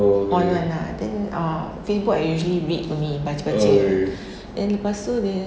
on one ah then uh Facebook I usually read only baca-baca then lepas tu dia